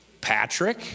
Patrick